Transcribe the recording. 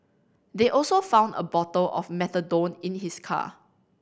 they also found a bottle of methadone in his car